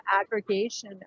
aggregation